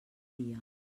dia